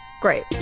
Great